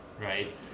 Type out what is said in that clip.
right